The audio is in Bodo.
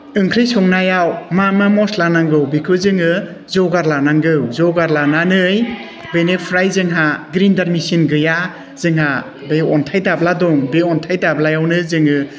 ओंख्रि संनायाव मा मा मस्ला नांगौ बेखौ जोङो जगार लानांगौ जगार लानानै बेनिफ्राय जोंहा ग्राइन्दार मेसिन गैया जोंहा बे अन्थाइ दाब्ला दं बे अन्थाइ दाब्लायावनो जोङो